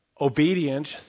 obedient